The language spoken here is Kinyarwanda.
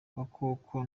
gakoko